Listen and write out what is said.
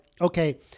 okay